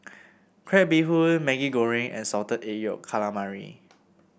Crab Bee Hoon Maggi Goreng and Salted Egg Yolk Calamari